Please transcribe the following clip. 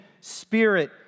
spirit